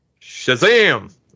Shazam